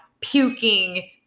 puking